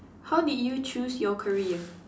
how did you choose your career